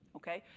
okay?